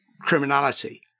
criminality